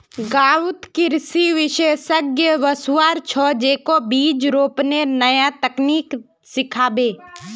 गांउत कृषि विशेषज्ञ वस्वार छ, जेको बीज रोपनेर नया तकनीक सिखाबे